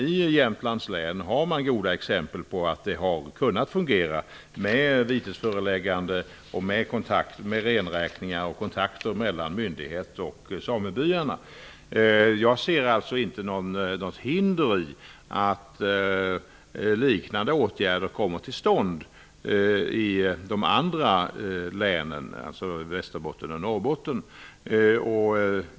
I Jämtlands län har man goda exempel på att det har fungerat, med vitesföreläggande, med renräkningar och med kontakter mellan myndigheter och samebyar. Jag ser alltså inte något hinder för att liknande åtgärder kommer till stånd i de andra länen, dvs. Västerbotten och Norrbotten.